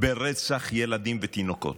ברצח ילדים ותינוקות.